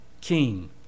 king